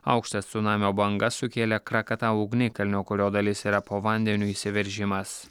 aukštas cunamio bangas sukėlė krakatau ugnikalnio kurio dalis yra po vandeniu išsiveržimas